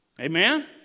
Amen